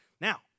Now